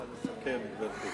את צריכה לסכם, גברתי.